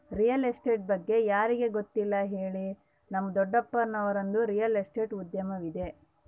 real estate ಬಗ್ಗೆ ಯಾರಿಗೆ ಗೊತ್ತಿಲ್ಲ ಹೇಳಿ, ನಮ್ಮ ದೊಡ್ಡಪ್ಪನವರದ್ದು ರಿಯಲ್ ಎಸ್ಟೇಟ್ ಉದ್ಯಮವಿದೆ